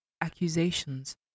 accusations